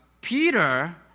Peter